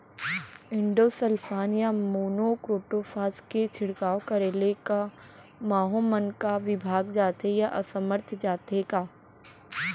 Endosulfan या monocrotophos के छिड़काव करे ले क माहो मन का विभाग जाथे या असमर्थ जाथे का?